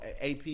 AP